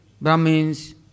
Brahmins